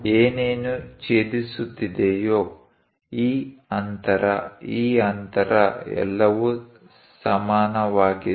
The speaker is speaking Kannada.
ಏನೇನು ಛೇದಿಸುತ್ತಿದೆಯೋ ಈ ಅಂತರ ಈ ಅಂತರ ಎಲ್ಲವೂ ಸಮಾನವಾಗಿದೆ